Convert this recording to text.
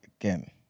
again